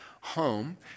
home